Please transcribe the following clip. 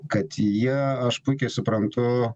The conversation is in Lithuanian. kad jie aš puikiai suprantu